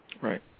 Right